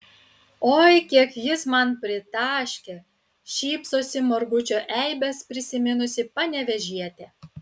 oi kiek jis man pritaškė šypsosi margučio eibes prisiminusi panevėžietė